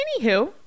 Anywho